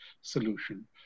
solution